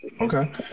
Okay